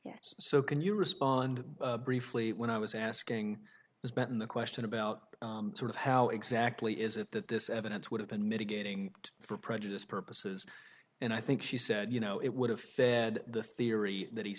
yes so can you respond briefly when i was asking has been the question about sort of how exactly is it that this evidence would have been mitigating for prejudice purposes and i think she said you know it would have fed the theory that he